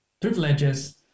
privileges